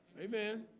Amen